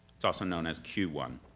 it's also known as q one.